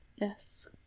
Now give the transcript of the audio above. Yes